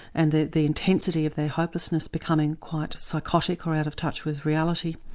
and the the intensity of their hopelessness, becoming quite psychotic or out of touch with reality.